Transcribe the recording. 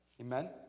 Amen